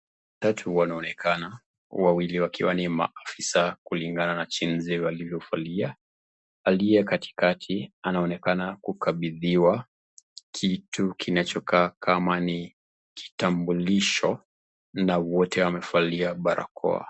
Watatu wanaonekana wawili wakiwa ni maafisa kulingana na jinsi walivovalia. Aliyekatikati anaonekana kukabidhiwa kitu kinachokaa kama ni kitambulisho na wote wamevalia barakoa.